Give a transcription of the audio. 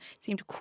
seemed